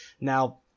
now